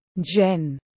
Jen